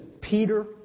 Peter